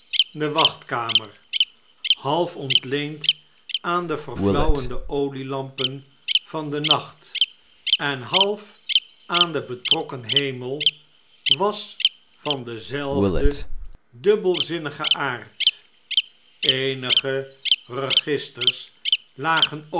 de wachtkamer half ontleend aan de verfiauwende olielampen van den nacht en half aan den betrokken hemel was van denzelfden dubbelzinnigen aard eenige registers